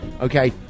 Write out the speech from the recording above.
okay